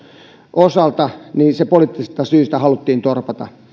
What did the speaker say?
osalta kun se haluttiin poliittisista syistä torpata